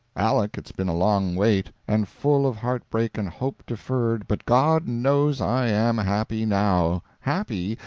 aleck, it's been a long wait, and full of heartbreak and hope deferred, but god knows i am happy now. happy,